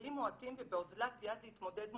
בכלים מועטים ובאוזלת יד להתמודד מולם,